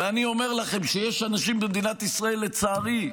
ואני אומר לכם שיש אנשים במדינת ישראל, לצערי,